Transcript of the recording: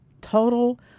total